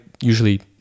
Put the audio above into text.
usually